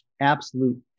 absolute